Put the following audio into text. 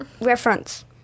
reference